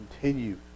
continue